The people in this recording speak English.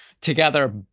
together